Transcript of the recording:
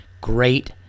great